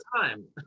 time